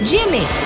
Jimmy